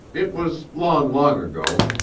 it was long, long ago.